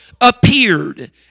appeared